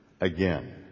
again